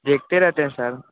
देखते रहते हैं सर